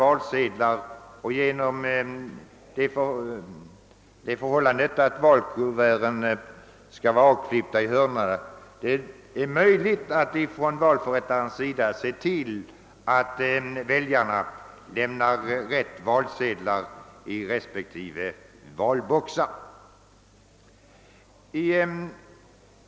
Valsedlarna blir nämligen olikfärgade, och hörnen på valkuverten kommer att vara avklippta, vilket gör att valförrättarna kan se till att väljarna lämnar rätt valsedlar i de olika valboxarna.